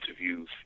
interviews